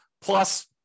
plus